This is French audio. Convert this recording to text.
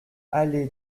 allée